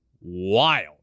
wild